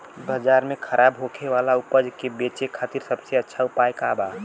बाजार में खराब होखे वाला उपज के बेचे खातिर सबसे अच्छा उपाय का बा?